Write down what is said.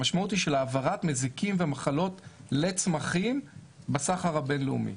המשמעות היא של העברת מזיקים ומחלות לצמחים בסחר הבין-לאומי.